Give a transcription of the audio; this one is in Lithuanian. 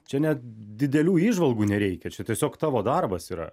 čia net didelių įžvalgų nereikia čia tiesiog tavo darbas yra